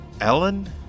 Ellen